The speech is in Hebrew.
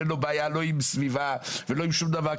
ואין לו בעיה לא עם סביבה ולא עם שום דבר,